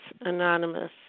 Anonymous